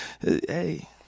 Hey